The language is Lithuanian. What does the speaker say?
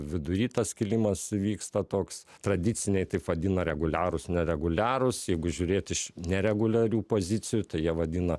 vidury tas kilimas įvyksta toks tradiciniai taip vadina reguliarūs nereguliarūs jeigu žiūrėt iš nereguliarių pozicijų tai jie vadina